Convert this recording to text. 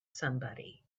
somebody